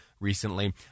Recently